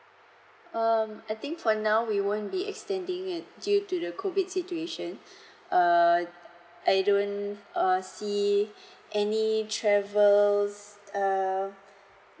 um I think for now we won't be extending it due to the COVID situation err I don't err see any travels um